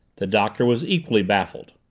the doctor was equally baffled.